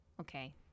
okay